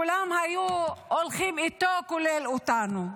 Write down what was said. כולם היו הולכים איתו, כולל אותנו.